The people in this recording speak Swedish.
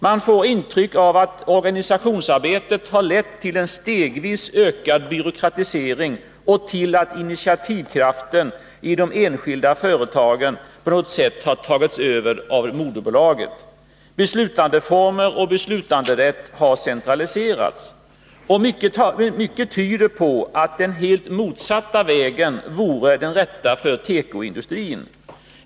Man får ett intryck av att organisationsarbetet har lett till en stegvis ökad byråkratisering och till att initiativkraften i de enskilda företagen på något sätt har övertagits av moderbolaget. Beslutandeformer och beslutanderätt har centraliserats. Mycket tyder på att den motsatta vägen vore den rätta för tekoindustrin.